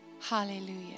Hallelujah